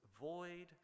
void